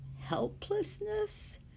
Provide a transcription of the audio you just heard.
Helplessness